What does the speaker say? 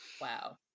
Wow